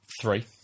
three